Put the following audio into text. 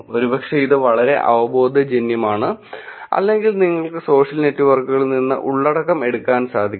ഒരുപക്ഷേ ഇത് വളരെ അവബോധജന്യമാണ് അല്ലെങ്കിൽ നിങ്ങൾക്ക് സോഷ്യൽ നെറ്റ്വർക്കുകളിൽ നിന്ന് ഉള്ളടക്കം എടുക്കാൻ സാധിക്കും